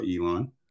Elon